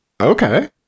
Okay